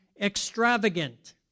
extravagant